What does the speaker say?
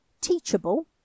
Teachable